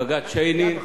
בג"ץ שיינין,